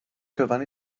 cyfan